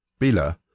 Bila